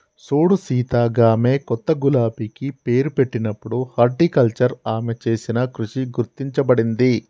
సూడు సీత గామె కొత్త గులాబికి పేరు పెట్టినప్పుడు హార్టికల్చర్ ఆమె చేసిన కృషి గుర్తించబడింది